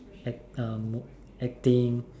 act acting